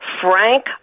Frank